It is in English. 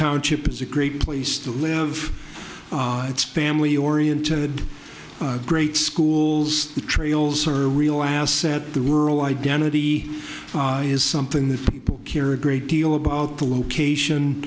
township is a great place to live it's family oriented great schools the trails are real asset the rural identity is something that people care a great deal about the location